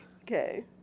Okay